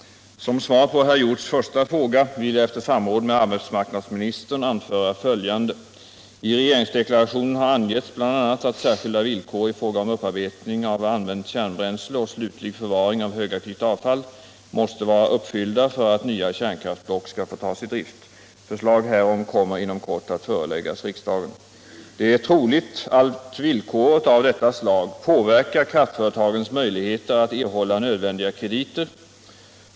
Som svar på herr Hjorths första fråga vill jag efter samråd med arbetsmarknadsministern anföra följande. I regeringsdeklarationen har angetts bl.a. att särskilda villkor i fråga om upparbetning av använt kärnbränsle och slutlig förvaring av högaktivt avfall måste vara uppfyllda för att nya kärnkraftsblock skall få tas i drift. Förslag härom kommer inom kort att föreläggas riksdagen. Det är troligt att villkor av detta slag påverkar kraftföretagens möjligheter att erhålla nödvändiga krediter.